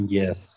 yes